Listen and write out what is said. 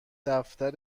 دفتر